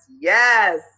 yes